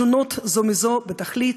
שונות זו מזו בתכלית.